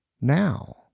now